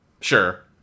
Sure